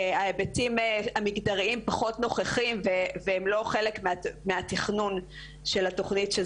ההיבטים המגדריים פחות נוכחים והם לא חלק מהתכנון של התוכנית.